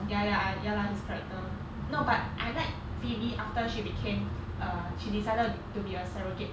ya ya ya lah his character no but I like phoebe after she became err she decided to be a surrogate